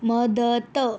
मदत